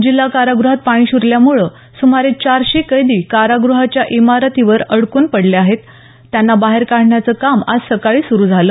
जिल्हा कारागृहात पाणी शिरल्यामुळे सुमारे चारशे कैदी कारागृहाच्या इमारतीवर अडकून पडले होते त्यांना बाहेर काढण्याचं काम आज सकाळी सुरू झालं